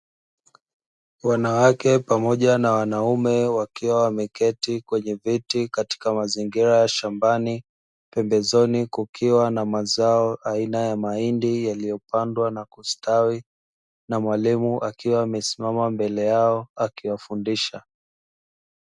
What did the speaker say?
Wanawake pamoja wanaume, wakiwa wameketi katika viti katika mazingira ya shambani. Pembezoni kukiwa na mazao aina ya mahindi yaliyopandwa na kustawi, na mwalimu akiwa amesimama mbele yao akiwafundisha.